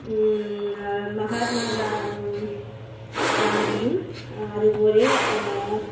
മഹാത്മാഗാ ഗാന്ധിയും അതുപോലെ